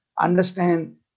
understand